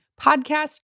podcast